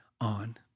on